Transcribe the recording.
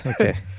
Okay